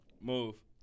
Move